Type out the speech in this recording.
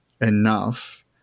enough